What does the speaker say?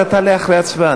אתה תעלה אחרי ההצבעה,